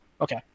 Okay